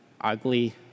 ugly